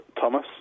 Thomas